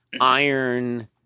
iron